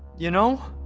ya know?